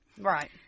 Right